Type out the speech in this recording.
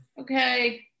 okay